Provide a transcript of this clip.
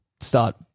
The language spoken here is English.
start